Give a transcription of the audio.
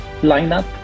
lineup